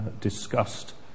discussed